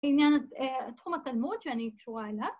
‫ענין תחום התלמוד שאני קשורה אליו